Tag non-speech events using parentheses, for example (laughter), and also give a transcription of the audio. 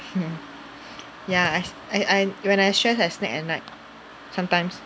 (laughs) ya I I I'm when I stress I snack at night sometimes